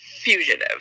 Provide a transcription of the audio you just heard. Fugitive